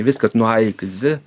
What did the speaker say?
viskas nuo a iki z